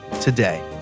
today